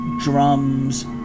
drums